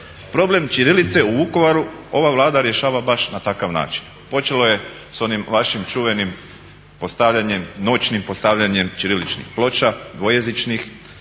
Problem ćirilice u Vukovaru ova Vlada rješava baš na takav način. Počelo je s onim vašim čuvenim noćnim postavljanjem ćiriličnih ploča, dvojezičnih,